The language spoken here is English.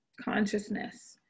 consciousness